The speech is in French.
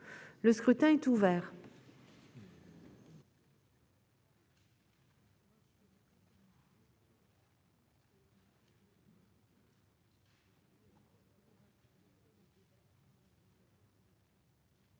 Le scrutin est ouvert.